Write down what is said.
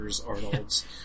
Arnold's